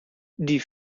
die